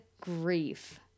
grief